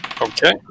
Okay